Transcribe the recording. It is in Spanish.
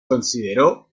consideró